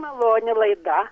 maloni laida